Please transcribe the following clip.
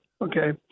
Okay